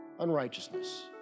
unrighteousness